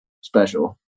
special